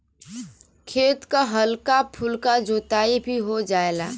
खेत क हल्का फुल्का जोताई भी हो जायेला